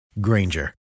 Granger